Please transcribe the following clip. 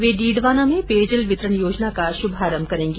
वे डीडवाना में पेयजल वितरण योजना का शुभारंभ करेगी